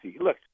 Look